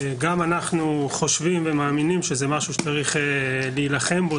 גם אנחנו חושבים ומאמינים שזה משהו שצריך להילחם בו.